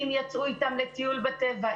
יצאו אתם לטיול בטבע,